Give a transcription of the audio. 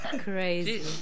Crazy